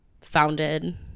founded